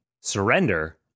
surrender